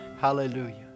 Hallelujah